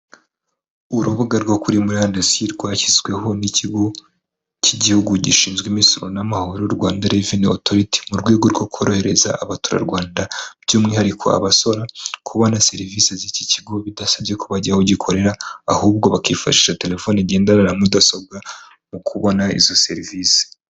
Urubuga rwo kuri murandasi rwashyizweho n'ikigo cy'igihugu gishinzwe imisoro n'amahoro Rwanda Reveni Otoriti, mu rwego rwo korohereza abaturarwanda by'umwihariko abasora kubona serivisi z'iki kigo, bidasabye ko bajya aho gikorera, ahubwo bakifashisha telefoni igendanwa, mudasobwa mu kubona izo serivisi.